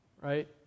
right